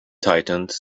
tightened